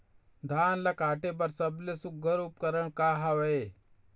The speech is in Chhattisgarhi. धान ला काटे बर सबले सुघ्घर उपकरण का हवए?